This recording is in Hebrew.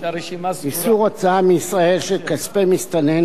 (איסור הוצאה מישראל של כספי מסתנן,